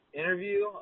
interview